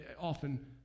often